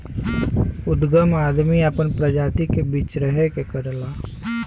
उदगम आदमी आपन प्रजाति के बीच्रहे के करला